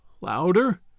Louder